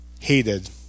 hated